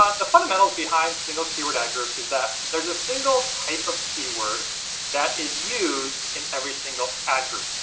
ah the fundamentals behind single keyword ad groups is that there's a single type of keyword that is used in every single ad group.